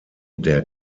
der